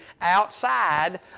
outside